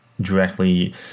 directly